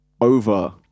over